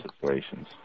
situations